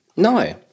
No